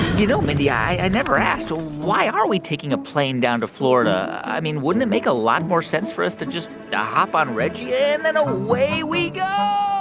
you know, mindy, i never asked why are we taking a plane down to florida? i mean, wouldn't it make a lot more sense for us to just hop on reggie, and then away we go?